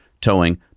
towing